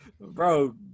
Bro